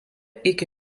iki